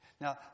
Now